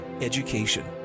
education